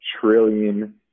trillion